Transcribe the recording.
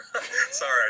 Sorry